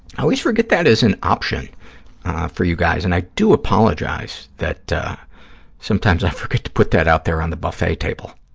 i always forget that as an option for you guys, and i do apologize that sometimes i forget to put that out there on the buffet table.